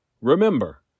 Remember